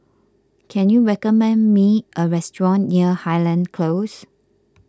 can you recommend me a restaurant near Highland Close